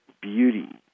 beauty